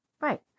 Right